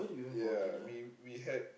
ya we we had